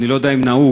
אני לא יודע אם נהוג,